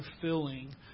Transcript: fulfilling